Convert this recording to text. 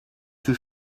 too